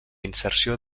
inserció